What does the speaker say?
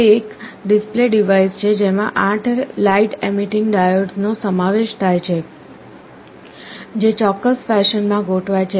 તે એક display device છે જેમાં 8 લાઇટ એમીટિંગ ડાયોડ્સનો સમાવેશ થાય છે જે ચોક્કસ ફેશનમાં ગોઠવાય છે